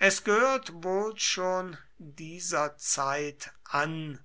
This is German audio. es gehört wohl schon dieser zeit an